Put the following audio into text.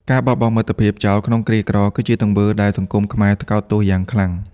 ការបោះបង់មិត្តភក្តិចោលក្នុងគ្រាក្រ គឺជាទង្វើដែលសង្គមខ្មែរថ្កោលទោសយ៉ាងខ្លាំង។